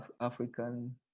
African